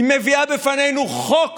היא מביאה בפנינו חוק